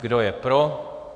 Kdo je pro?